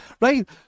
Right